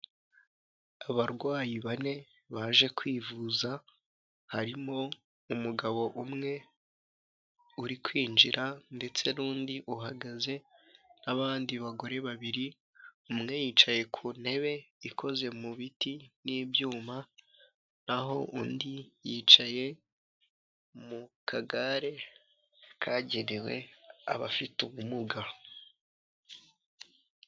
Abarwayi bane baje kwivuza harimo umugabo umwe uri kwinjira ndetse n'undi uhagaze n'abandi bagore babiri, umwe yicaye ku ntebe ikoze mu biti n'ibyuma naho undi yicaye mu kagare kagewe abafite ubumuga.